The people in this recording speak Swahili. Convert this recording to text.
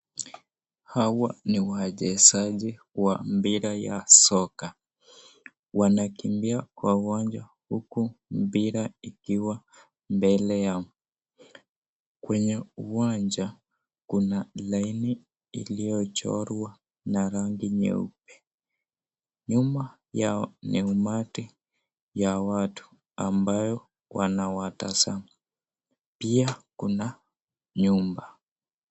Hawa ni wachezaji wa mpira ya soka wanakimbia kwa uwanjani huku mpira ikiwa mbele Yao kwenye uwanja Kuna laini iliyo chorwaa na rangi nyeupe nyuma Yao ni umati ya watu ambao wanawatazama pia Kuna nyumba.